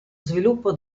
sviluppo